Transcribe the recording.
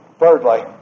Thirdly